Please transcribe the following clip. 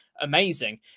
amazing